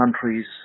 countries